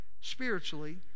spiritually